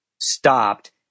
stopped